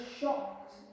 shocked